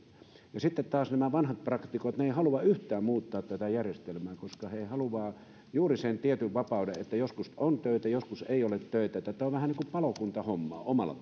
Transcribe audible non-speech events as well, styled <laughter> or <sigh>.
ja sitten taas nämä vanhat praktikot eivät halua yhtään muuttaa tätä järjestelmää koska he haluavat juuri sen tietyn vapauden että joskus on töitä joskus ei ole töitä niin että tämä on vähän niin kuin palokuntahommaa omalla <unintelligible>